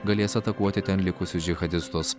galės atakuoti ten likusius džihadistus